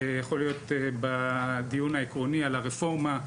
יכול להיות שבדיון העקרוני על הרפורמה,